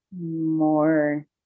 more